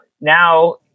now